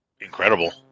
incredible